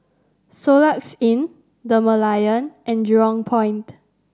Soluxe Inn The Merlion and Jurong Point